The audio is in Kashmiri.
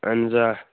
اَہَن حظ آ